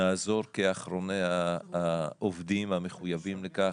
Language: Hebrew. נעזור כאחרוני העובדים והמחויבים לכך.